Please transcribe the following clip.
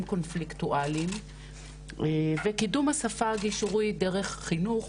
קונפליקטואלים וקידום השפה הגישורית דרך חינוך,